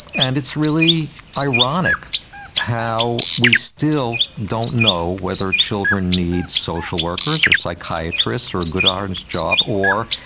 and it's really ironic how we still don't know whether children need social workers or psychiatrists or a good honest job or,